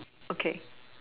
okay